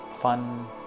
fun